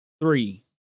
Three